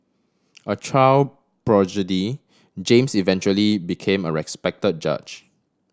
a child James eventually became a respect judge